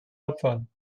abfahren